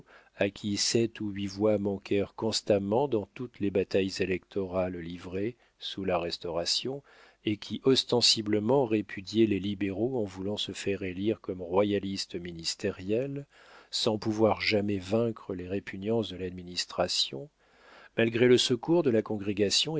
à qui sept ou huit voix manquèrent constamment dans toutes les batailles électorales livrées sous la restauration et qui ostensiblement répudiait les libéraux en voulant se faire élire comme royaliste ministériel sans pouvoir jamais vaincre les répugnances de l'administration malgré le secours de la congrégation